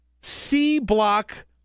C-block